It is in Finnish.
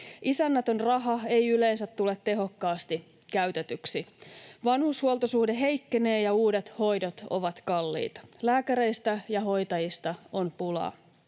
Isännätön raha ei yleensä tule tehokkaasti käytetyksi. Vanhushuoltosuhde heikkenee, ja uudet hoidot ovat kalliita. Lääkäreistä ja hoitajista on pulaa.